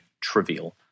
trivial